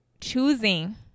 choosing